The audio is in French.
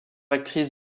actrice